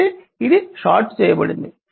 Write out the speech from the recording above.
కాబట్టి ఇది షార్ట్ చేయబడింది